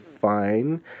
fine